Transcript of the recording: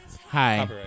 Hi